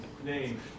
Name